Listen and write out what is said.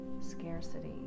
scarcity